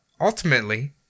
Ultimately